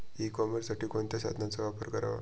E कॉमर्ससाठी कोणत्या साधनांचा वापर करावा?